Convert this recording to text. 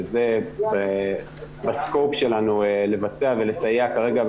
שזה בסקופ שלנו לבצע ולסייע כרגע,